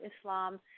Islam